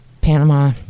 Panama